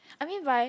I mean right